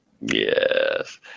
Yes